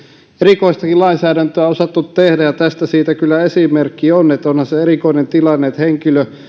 erikoistakin lainsäädäntöä on osattu tehdä ja tässä siitä kyllä esimerkki on onhan se erikoinen tilanne että henkilö